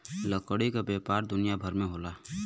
लकड़ी क व्यापार दुनिया भर में होला